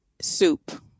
soup